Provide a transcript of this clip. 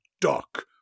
duck